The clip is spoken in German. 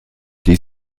die